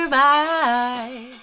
bye